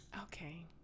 Okay